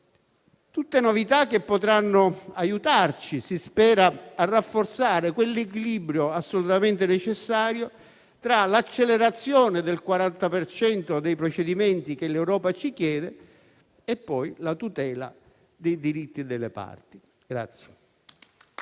queste novità potranno aiutarci - si spera - a rafforzare quell'equilibrio assolutamente necessario tra l'accelerazione del 40 per cento dei procedimenti che l'Europa ci chiede e poi la tutela dei diritti delle parti.